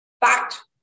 fact